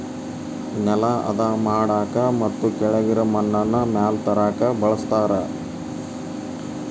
ನೆಲಾ ಹದಾ ಮಾಡಾಕ ಮತ್ತ ಕೆಳಗಿರು ಮಣ್ಣನ್ನ ಮ್ಯಾಲ ತರಾಕ ಬಳಸ್ತಾರ